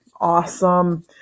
Awesome